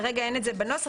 כרגע אין את זה בנוסח.